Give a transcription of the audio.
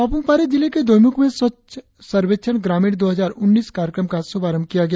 पाप्रम पारे जिले के दोईमुख में स्वच्छ सर्वेक्षण ग्रामीण दो हजार उन्नीस कार्यक्रम का शुभारंभ किया गया